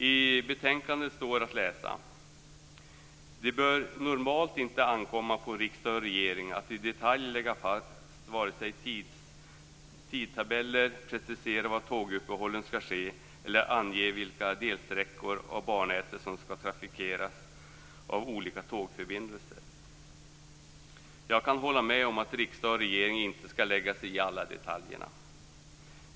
I betänkandet står också att läsa: Det bör normalt inte ankomma på riksdag och regering att i detalj lägga fast vare sig tidtabeller, precisera var tåguppehåll skall ske eller ange vilka delsträckor av bannätet som skall trafikeras av olika tågförbindelser. Jag kan hålla med om att riksdag och regering inte skall lägga sig i alla detaljer.